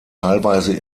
teilweise